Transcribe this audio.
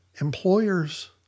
Employers